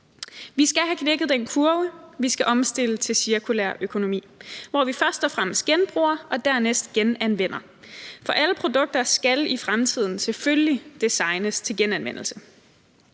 Vi skal have knækket den kurve, vi skal omstille til cirkulær økonomi, hvor vi først og fremmest genbruger og dernæst genanvender. For alle produkter skal i fremtiden selvfølgelig designes til genanvendelse.